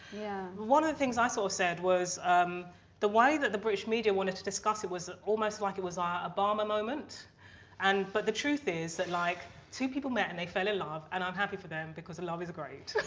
yeah, one of the things i saw said was um the way that the british media wanted to discuss it was almost like it was ah a obama moment and but the truth is that like two people met and they fell in love and i'm happy for them because the love is great.